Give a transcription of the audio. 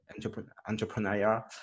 entrepreneurial